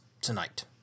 tonight